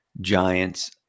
Giants